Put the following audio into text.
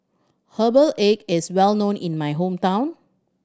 herbal egg is well known in my hometown